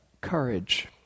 courage